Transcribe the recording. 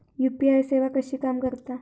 UPI सेवा कशी काम करता?